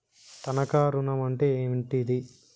తనఖా ఋణం అంటే ఏంటిది?